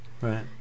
Right